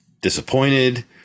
Disappointed